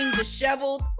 disheveled